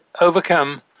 overcome